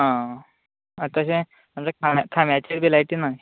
आं आतां तशें आमगे खांब्या खांब्याचेर बी लायटी ना